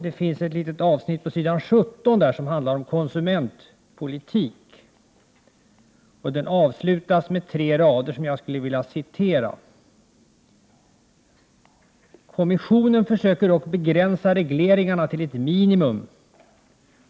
Det finns ett litet avsnitt på s. 17 som handlar om konsumentpolitik. Det avslutas med tre rader som jag skulle vilja citera: ”Kommissionen försöker dock begränsa regleringarna till ett minimum.